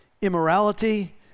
immorality